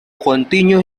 continue